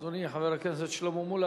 אדוני חבר הכנסת שלמה מולה